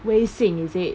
微信 is it